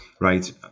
Right